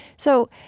so,